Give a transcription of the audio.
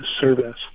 service